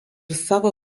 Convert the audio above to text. savo